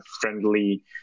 friendly